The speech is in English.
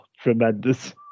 tremendous